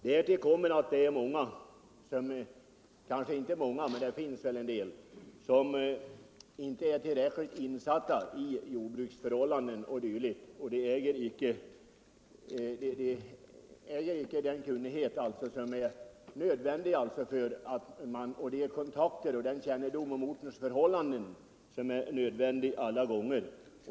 Därtill kommer att det finns en del ombud som inte är tillräckligt insatta i jordbruksförhållanden och icke äger den kunnighet, de kontakter och den kännedom om ortens förhållanden som är nödvändiga.